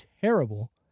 terrible